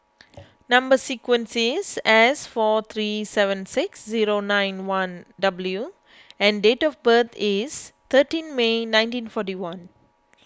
Number Sequence is S four three seven six zero nine one W and date of birth is thirteen May nineteen forty one